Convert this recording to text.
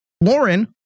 Lauren